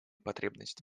потребности